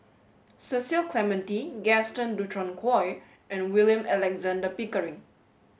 Cecil Clementi Gaston Dutronquoy and William Alexander Pickering